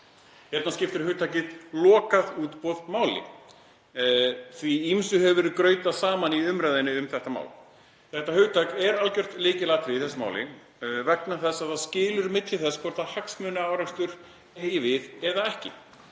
Hérna skiptir hugtakið „lokað útboð“ máli því að ýmsu hefur verið grautað saman í umræðunni um þetta mál. Þetta hugtak er algjört lykilatriði í þessu máli vegna þess að það skilur milli þess hvort hagsmunaárekstur eigi við eða ekki.